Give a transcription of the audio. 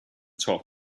top